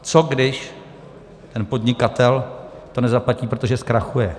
Co když ten podnikatel to nezaplatí, protože zkrachuje?